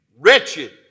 Wretched